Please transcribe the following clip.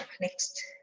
next